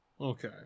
Okay